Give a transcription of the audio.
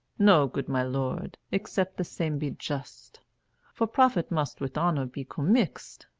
no, good my lord, except the same be just for profit must with honor be comixt,